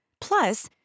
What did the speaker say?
Plus